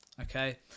okay